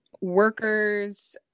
Workers